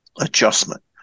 adjustment